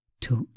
took